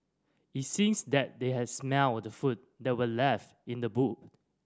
it seems that they had smelt the food that were left in the boot